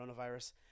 Coronavirus